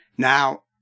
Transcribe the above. Now